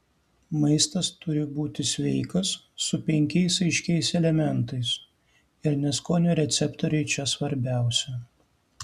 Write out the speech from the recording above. maistas turi būti sveikas su penkiais aiškiais elementais ir ne skonio receptoriai čia svarbiausia